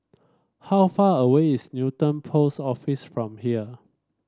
how far away is Newton Post Office from here